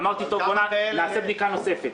אמרתי: טוב, בואו נערוך בדיקה נוספת.